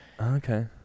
Okay